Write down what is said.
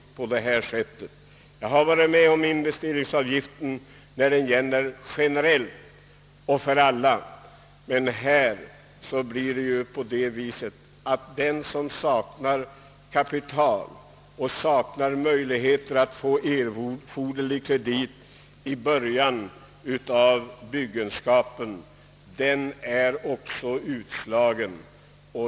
Jag har varit med om investeringsavgifter när de gäller generellt och för alla, men här blir det ju på det sättet att den som saknar kapital och saknar möjligheter att få erforderlig kredit i början av byggegenskapen också är utesluten.